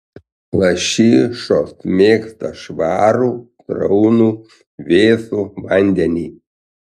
lašišos mėgsta švarų sraunų vėsų vandenį